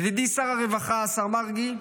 ידידי שר הרווחה, השר מרגי,